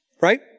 Right